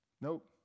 Nope